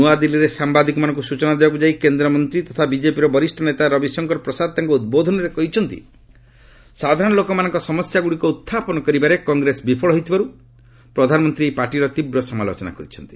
ନୁଆଦିଲ୍ଲୀରେ ସାମ୍ବାଦିକମାନଙ୍କୁ ସୂଚନା ଦେବାକୁ ଯାଇ କେନ୍ଦ୍ରମନ୍ତ୍ରୀ ତଥା ବିଜେପିର ବରିଷ୍ଣ ନେତା ରବିଶଙ୍କର ପ୍ରସାଦ ତାଙ୍କ ଉଦ୍ବୋଧନରେ କହିଛନ୍ତି ସାଧାରଣ ଲୋକମାନଙ୍କ ସମସ୍ୟାଗୁଡ଼ିକ ଉତ୍ଥାପନ କରିବାରେ କଂଗ୍ରେସ ବିଫଳ ହୋଇଥିବାରୁ ପ୍ରଧାନମନ୍ତ୍ରୀ ଏହି ପାର୍ଟିର ତୀବ୍ର ସମାଲୋଚନା କରିଛନ୍ତି